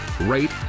rate